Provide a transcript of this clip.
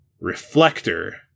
Reflector